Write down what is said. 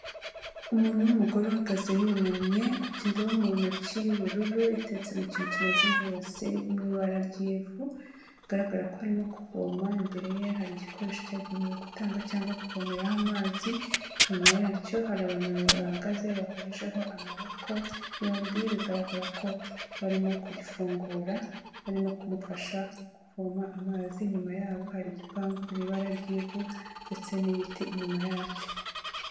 Umuntu w'umugore uhagaze yunamye afite indobo mu ntoki y'ubururu itetse mu kintu kimeze nk'ibase iri mu ibara ry'ivu bigaragara ko arimo kuvoma, imbere ye hari igikoresho cyagenewe gutanga cyangwa kuvomeraho amazi, inyuma yacyo hari abantu babiri bahagaze bahurijeho amaboko yombi bigaragara ko barimo kugifungura barimo kumufasha kuvoma amazi, inyuma yabo hari igipangu mu ibara ry'ivu ndetse n'ibiti inyuma yacyo.